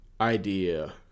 idea